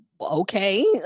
okay